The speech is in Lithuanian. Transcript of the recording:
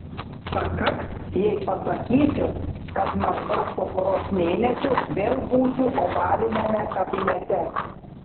pakaks jei pasakysiu kad maždaug po poros mėnesių vėl būsiu ovaliniame kabinete